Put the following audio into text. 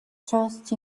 trust